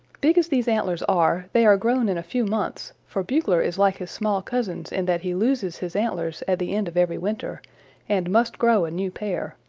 big as these antlers are, they are grown in a few months for bugler is like his small cousins in that he loses his antlers at the end of every winter and must grow a new pair.